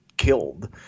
Killed